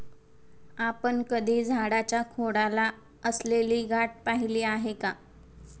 आपण कधी झाडाच्या खोडाला असलेली गाठ पहिली आहे का?